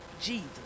Jesus